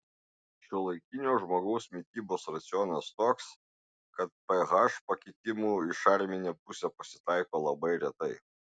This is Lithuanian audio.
šiuolaikinio žmogaus mitybos racionas toks kad ph pakitimų į šarminę pusę pasitaiko labai retai